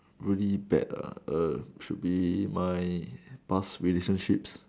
really bad ah err should be my past relationships